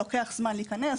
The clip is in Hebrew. לוקח זמן להיכנס,